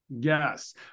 yes